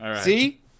See